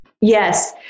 Yes